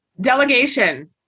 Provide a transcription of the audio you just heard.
delegation